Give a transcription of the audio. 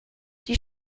die